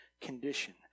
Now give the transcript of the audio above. condition